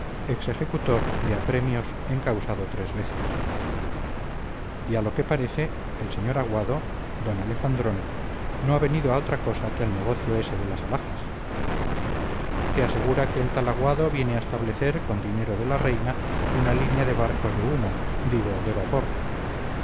ex ejecutor de apremios encausado tres veces y a lo que parece el sr aguado d alejandrón no ha venido a otra cosa que al negocio ese de las alhajas se asegura que el tal aguado viene a establecer con dinero de la reina una línea de barcos de humo digo de vapor